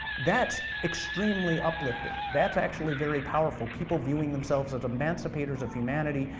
that's extremely uplifting. that's actually very powerful, people viewing themselves as emancipators of humanity,